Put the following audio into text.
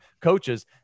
coaches